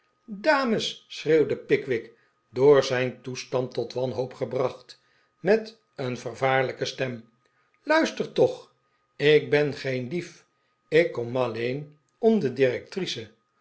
dames schreeuwde pickwick door zijn toestand tot wanhoop gebracht met een vervaarlijke stem luistert toch ik ben geen dief ik kom alleen om de directrice